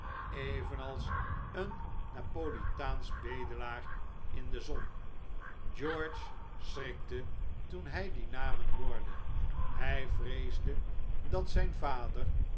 evenals een napolitaansche bedelaar in de zon george schrikte toen hij die namen hoorde hij vreesde dat zijn vader